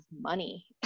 money